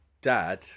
dad